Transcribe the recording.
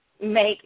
make